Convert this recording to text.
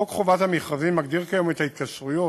חוק חובת המכרזים מגדיר כיום את ההתקשרויות